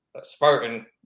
Spartan